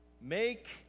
Make